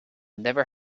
never